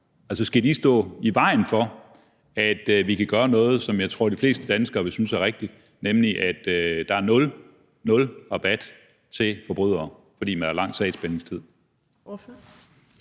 Skal de stå i vejen for, at vi kan gøre noget, som jeg tror de fleste danskere vil synes er rigtigt, nemlig at der er nul rabat til forbrydere, selv om der er lang sagsbehandlingstid?